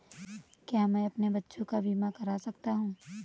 क्या मैं अपने बच्चों का बीमा करा सकता हूँ?